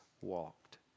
walked